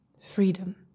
Freedom